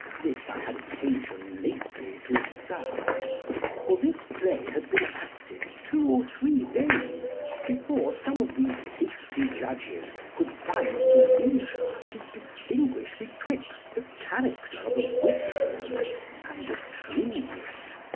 this i had occasion lately to observe for this play had been acted two or three days before some of these hasty judges could find the leisure to distinguish betwixt the character of a witwoud and a truewit.